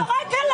הוא יורק עליי.